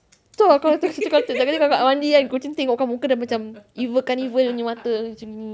so tapi kalau kakak mandi kan kucing tu tengokkan muka dah macam evil kan evil punya mata macam ini